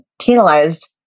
penalized